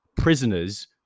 prisoners